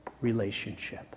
relationship